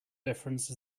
difference